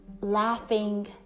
laughing